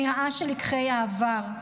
נראה שלקחי העבר,